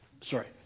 Sorry